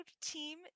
Team